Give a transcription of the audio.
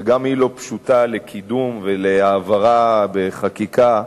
וגם היא לא פשוטה לקידום ולהעברה בחקיקה,